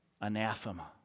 anathema